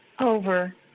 over